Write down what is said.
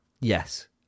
yes